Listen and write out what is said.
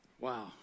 wow